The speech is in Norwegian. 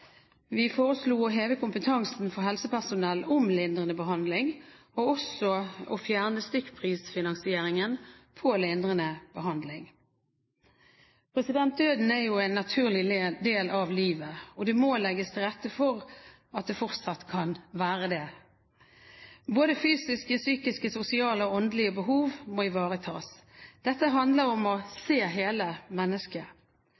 Vi foreslo å heve kompetansen for helsepersonell om lindrende behandling og også å fjerne stykkprisfinansieringen på lindrende behandling. Døden er en naturlig del av livet, og det må legges til rette for at det fortsatt kan være slik. Både fysiske, psykiske, sosiale og åndelige behov må ivaretas. Dette handler om å